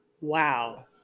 Wow